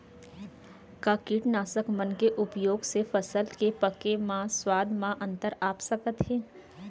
का कीटनाशक मन के उपयोग से फसल के पके म स्वाद म अंतर आप सकत हे?